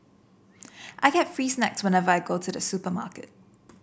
I get free snacks whenever I go to the supermarket